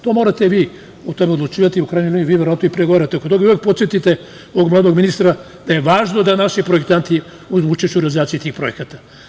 To morate vi o tome odlučivati, jer u krajnjoj liniji verovatno vi i pregovarate oko toga i uvek podsetite ovog mladog ministra da važno da naši projektanti uzmu učešća u realizaciji tih projekata.